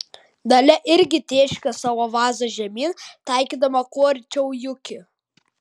dalia irgi tėškė savo vazą žemėn taikydama kuo arčiau juki